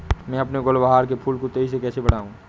मैं अपने गुलवहार के फूल को तेजी से कैसे बढाऊं?